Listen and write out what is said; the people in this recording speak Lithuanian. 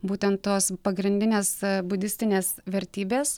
būtent tos pagrindinės budistinės vertybės